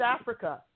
Africa